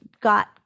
got